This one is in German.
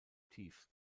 tief